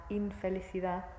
infelicidad